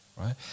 right